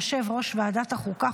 יושב-ראש ועדת החוקה,